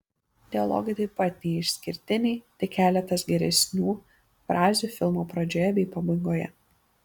dialogai taip pat neišskirtiniai tik keletas geresnių frazių filmo pradžioje bei pabaigoje